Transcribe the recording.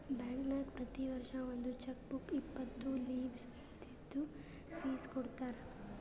ಬ್ಯಾಂಕ್ನಾಗ್ ಪ್ರತಿ ವರ್ಷ ಒಂದ್ ಚೆಕ್ ಬುಕ್ ಇಪ್ಪತ್ತು ಲೀವ್ಸ್ ಇದ್ದಿದ್ದು ಫ್ರೀ ಕೊಡ್ತಾರ